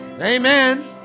Amen